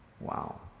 Wow